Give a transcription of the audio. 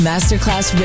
Masterclass